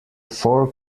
four